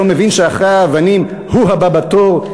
שלא מבין שאחרי האבנים הוא הבא בתור,